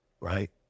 right